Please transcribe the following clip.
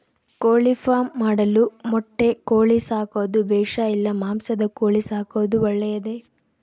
ಕೋಳಿಫಾರ್ಮ್ ಮಾಡಲು ಮೊಟ್ಟೆ ಕೋಳಿ ಸಾಕೋದು ಬೇಷಾ ಇಲ್ಲ ಮಾಂಸದ ಕೋಳಿ ಸಾಕೋದು ಒಳ್ಳೆಯದೇ?